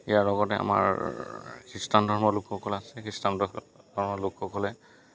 ইয়াৰ লগতে আমাৰ খ্ৰীষ্টান ধৰ্ম লোকসকল আছে খ্ৰীষ্টান ধৰ্মৰ লোকসকলে